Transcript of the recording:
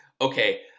okay